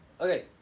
Okay